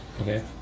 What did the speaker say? Okay